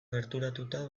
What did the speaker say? gerturatuta